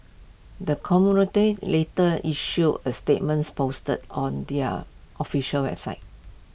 the conglomerate later issued A statements posted on their official website